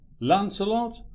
Lancelot